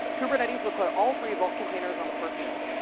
kubernetes would put all three vault containers on the first node.